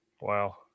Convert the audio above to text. Wow